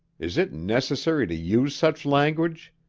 is it necessary to use such language?